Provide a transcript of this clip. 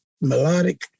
melodic